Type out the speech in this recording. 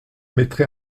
mettrai